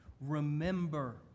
Remember